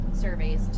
surveys